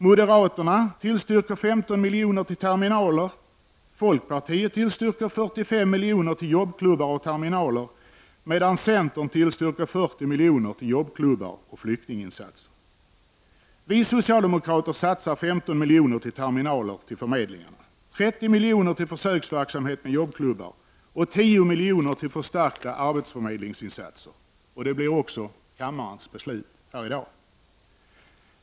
Moderaterna tillstyrker 15 miljoner till terminaler, folkpartiet tillstyrker 45 miljoner till jobbklubbar och terminaler medan centern tillstyrker 40 miljoner till jobbklubbar och flyktinginsatser. Vi socialdemokrater vill satsa 15 miljoner på terminaler till förmedlingar, 30 miljoner på försöksverksamhet med jobbklubbar och 10 miljoner på förstärkta arbetsförmedlingsinsatser. Och det blir också kammarens beslut i dag.